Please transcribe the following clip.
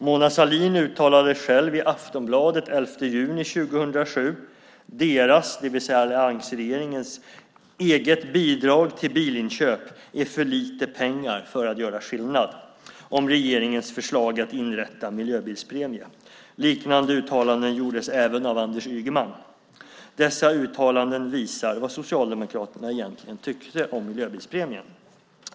Mona Sahlin uttalade själv följande i Aftonbladet den 11 juni 2007: Deras - det vill säga alliansregeringens - eget bidrag till bilinköp är för lite pengar för att göra skillnad. Det handlade då om regeringens förslag att inrätta miljöbilspremie. Liknande uttalanden gjordes även av Anders Ygeman. Dessa uttalanden visar vad Socialdemokraterna egentligen tyckte om miljöbilspremien.